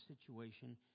situation